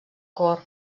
cor